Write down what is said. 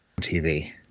TV